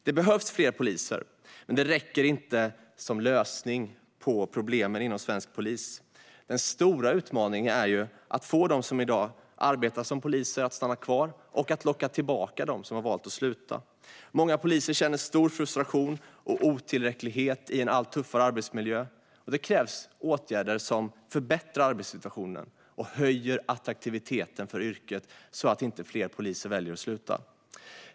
Det behövs fler poliser, men det räcker inte som lösning på problemen inom svensk polis. Den stora utmaningen är att få dem som i dag arbetar som poliser att stanna kvar och att locka tillbaka dem som har valt att sluta. Många poliser känner stor frustration och otillräcklighet i en allt tuffare arbetsmiljö, och det krävs åtgärder som förbättrar arbetssituationen och höjer attraktiviteten för yrket så att inte fler poliser väljer att sluta.